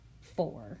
four